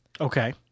Okay